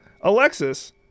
Alexis